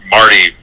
Marty